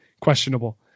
questionable